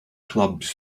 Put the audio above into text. clubs